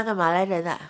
那个马来人 ah